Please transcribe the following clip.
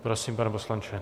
Prosím, pane poslanče.